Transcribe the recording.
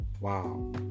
Wow